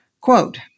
Quote